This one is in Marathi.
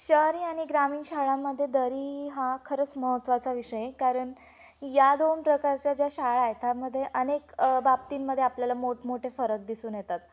शहरी आणि ग्रामीण शाळांमध्ये दरी हा खरंच महत्त्वाचा विषय आहे कारण या दोन प्रकारच्या ज्या शाळा आहे त्यामध्ये अनेक बाबतींमध्ये आपल्याला मोठमोठे फरक दिसून येतात